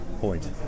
point